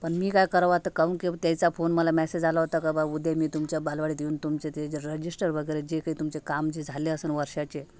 पण मी काय करावं आता काहून की त्याइचा फोन मला मेसेज आला होता का बा उद्या मी तुमच्या बालवाडीत येऊन तुमचे ते जे रजिस्टर वगैरे जे काही तुमचे काम जे झाले असेल वर्षाचे